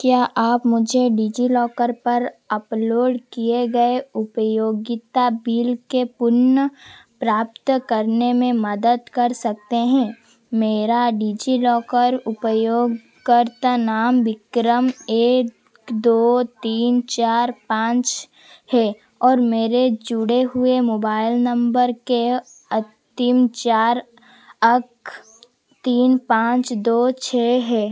क्या आप मुझे डिजिलॉकर पर अपलोड किए गए उपयोगिता बिल के पुनः प्राप्त करने में मदद कर सकते हैं मेरा डिजिलॉकर उपयोगकर्ता नाम विक्रम एक दो तीन चार पाँच है और मेरे जुड़े हुए मोबाइल नंबर के अतिम चार अख तीन पाँच दो छः हैं